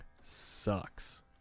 sucks